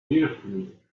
beautifully